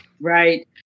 Right